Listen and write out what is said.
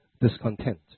discontent